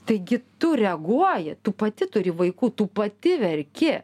taigi tu reaguoji tu pati turi vaikų tu pati verki